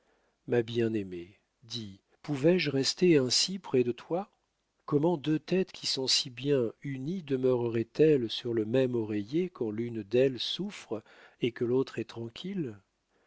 ma bien-aimée dis pouvais-je rester ainsi près de toi comment deux têtes qui sont si bien unies demeureraient elles sur le même oreiller quand l'une d'elles souffre et que l'autre est tranquille